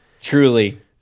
Truly